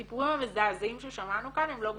שהסיפורים המזעזעים ששמענו כאן הם לא בודדים,